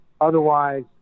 otherwise